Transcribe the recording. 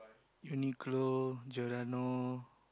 Uniqlo Giordano